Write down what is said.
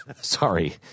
Sorry